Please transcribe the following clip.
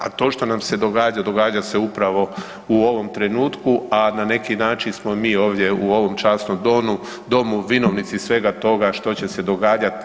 A to što nam se događa, događa se upravo u ovom trenutku, a na neki način smo mi ovdje u ovom časnom Domu vinovnici svega toga što će se događati.